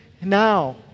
now